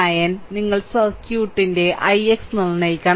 9 നിങ്ങൾ സർക്യൂട്ടിന്റെ ix നിർണ്ണയിക്കണം